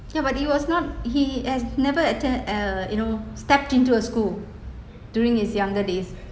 ya but he was not he as never attend uh you know stepped into a school during his younger days